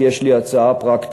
כי יש לי הצעה פרקטית.